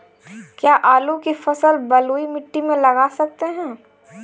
क्या आलू की फसल बलुई मिट्टी में लगा सकते हैं?